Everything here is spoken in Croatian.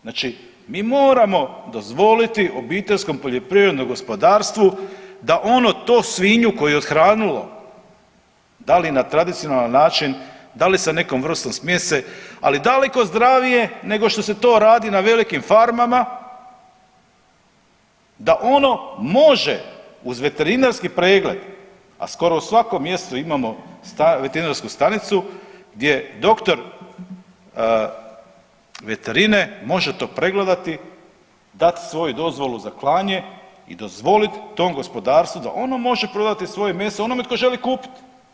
Znači mi moramo dozvoliti obiteljskom poljoprivrednom gospodarstvu da ono to svinju koju je othranilo, da li na tradicionalan način, da li sa nekom vrstom smjese, ali daleko zdravije nego što se to radi na velikim farmama da ono može uz veterinarski pregled, a skoro u svakom mjestu imamo veterinarsku stanicu gdje doktor veterine može to pregledati, dat svoju dozvolu za klanje i dozvolit tom gospodarstvu da ono može prodati svoje meso onome tko želi kupiti.